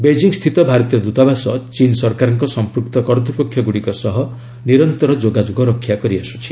Beijing ସ୍ଥିତ ଭାରତୀୟ ଦୂତାବାସ' ଚୀନ୍ ସରକାରଙ୍କ ସମ୍ପୃକ୍ତ କର୍ତ୍ତପକ୍ଷ ଗୁଡ଼ିକ ସହ ନିରନ୍ତର ଯୋଗାଯୋଗ ରକ୍ଷା କରିଆସ୍କୁଛି